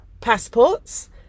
passports